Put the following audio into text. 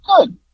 good